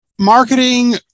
Marketing